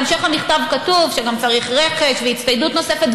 בהמשך המכתב כתוב שגם צריך רכש והצטיידות נוספת,